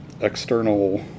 external